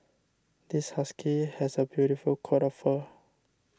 this husky has a beautiful coat of fur